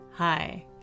Hi